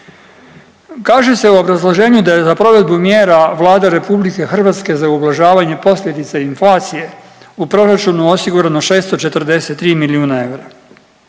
Kaže se u obrazloženju da je za provedbu mjera Vlada RH za ublažavanje posljedica inflacije u proračunu osigurano 643 milijuna eura,